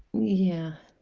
yeah